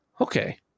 Okay